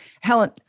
Helen